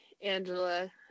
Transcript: Angela